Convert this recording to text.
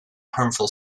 harmful